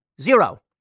zero